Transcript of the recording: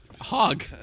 hog